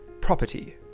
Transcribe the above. Property